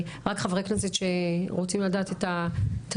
רק חברי כנסת שרוצים לדעת את התור,